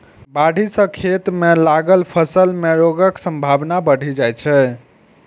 बाढ़ि सं खेत मे लागल फसल मे रोगक संभावना बढ़ि जाइ छै